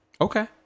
Okay